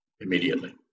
immediately